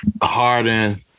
Harden